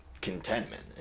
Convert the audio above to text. contentment